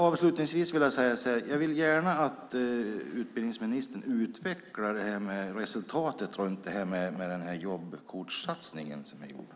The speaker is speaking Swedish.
Avslutningsvis: Jag vill gärna att utbildningsministern utvecklar resonemanget när det gäller den jobbcoachsatsning som har gjorts.